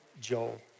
Joel